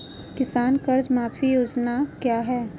किसान कर्ज माफी योजना क्या है?